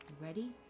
ready